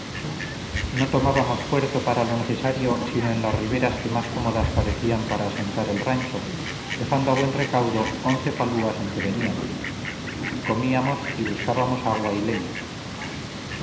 no tomábamos puerto para lo necesario sino en las riberas que más cómodas parecían para asentar el rancho dejando a buen recaudo once falúas en que veníamos comíamos y buscábamos agua y leña